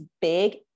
big